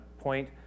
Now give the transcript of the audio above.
point